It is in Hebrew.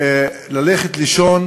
ללכת לישון,